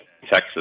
Texas